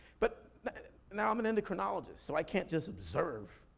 but now, i'm an endocrinologist, so i can't just observe,